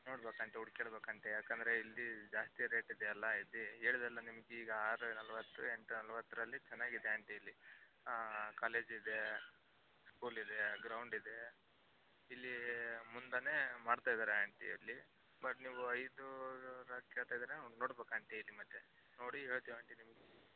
ನೋಡ್ಬೇಕು ಆಂಟಿ ಹುಡುಕಾಡಗಬೇಕು ಆಂಟಿ ಯಾಕೆಂದ್ರೆ ಇಲ್ಲಿ ಜಾಸ್ತಿ ರೇಟಿದೆಯಲ್ಲ ಆಯ್ತೆ ಹೇಳೋದೆಲ್ಲ ನಿಮಗೀಗ ಆರು ನಲವತ್ತು ಎಂಟ್ಟು ನಲವತ್ರಲ್ಲಿ ಚೆನ್ನಾಗಿದೆ ಆಂಟಿ ಇಲ್ಲಿ ಕಾಲೇಜಿದೆ ಸ್ಕೂಲಿದೆ ಗ್ರೌಂಡಿದೆ ಇಲ್ಲಿ ಮುಂದೆಯೇ ಮಾಡ್ತಾ ಇದ್ದಾರೆ ಆಂಟಿ ಅಲ್ಲಿ ಬಟ್ ನೀವು ಐದು ಕೇಳ್ತಾ ಇದ್ದೀರಿ ನೋಡ್ಬೇಕು ಆಂಟಿ ಇಲ್ಲಿ ಮತ್ತೆ ನೋಡಿ ಹೇಳ್ತೀವಿ ಆಂಟಿ ನಿಮ್ಗೆ